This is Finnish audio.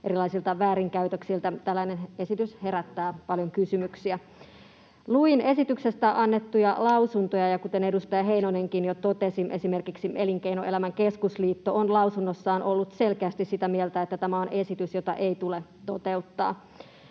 erilaisilta väärinkäytöksiltä, tällainen esitys herättää paljon kysymyksiä. Luin esityksestä annettuja lausuntoja, ja kuten edustaja Heinonenkin jo totesi, esimerkiksi Elinkeinoelämän keskusliitto on lausunnossaan ollut selkeästi sitä mieltä, että tämä on esitys, jota ei tule toteuttaa.